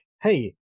hey